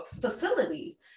facilities